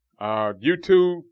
YouTube